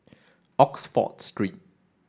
Oxford Street